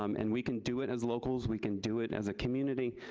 um and we can do it as locals, we can do it as a community,